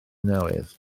newydd